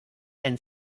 and